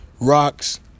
Rocks